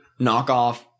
knockoff